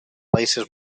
países